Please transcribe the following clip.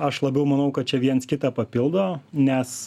aš labiau manau kad čia viens kitą papildo nes